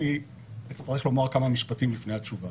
אצטרך לומר כמה משפטים לפני התשובה.